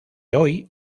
hoy